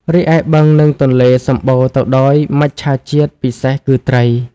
រីឯបឹងនឹងទន្លេសម្បូរទៅដោយមច្ឆាជាតិពិសេសគឺត្រី។